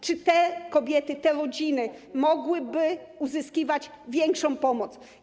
Czy te kobiety, te rodziny mogłyby uzyskiwać większą pomoc?